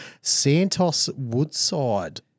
Santos-Woodside